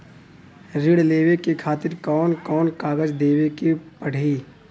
ऋण लेवे के खातिर कौन कोन कागज देवे के पढ़ही?